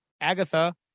Agatha